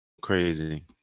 crazy